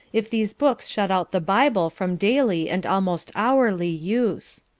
if these books shut out the bible from daily and almost hourly use